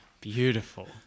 Beautiful